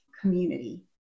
community